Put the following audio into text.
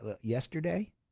Yesterday